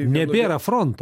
nebėra fronto